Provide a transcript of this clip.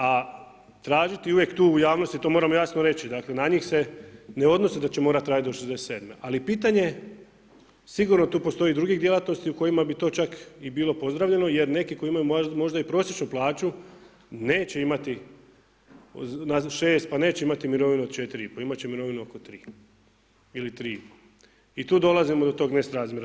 A tražiti uvijek tu u javnosti to moramo jasno reći dakle na njih se ne odnosi da će morati raditi do 67., ali pitanje sigurno tu postoji drugih djelatnosti u kojima bi to čak i bilo pozdravljeno jer neki koji imaju možda i prosječnu plaću neće imati 6 pa neće imati mirovinu od 4,5 imat će mirovinu oko 3 ili 3,5 i tu dolazimo do tog nesrazmjera.